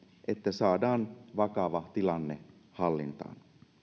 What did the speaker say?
että saadaan vakava tilanne hallintaan